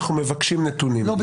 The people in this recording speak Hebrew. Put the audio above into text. אנחנו מבקשים נתונים.